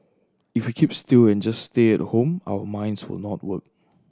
if we keep still and just stay at home our minds will not work